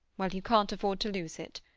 well, you can't afford to lose it.